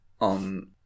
on